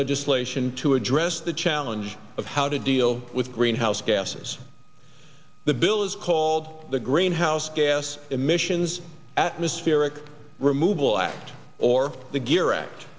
legislation to address the challenge of how to deal with greenhouse gases the bill is called the greenhouse gas emissions atmospheric removal act or the gear act